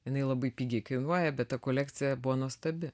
jinai labai pigiai kainuoja bet ta kolekcija buvo nuostabi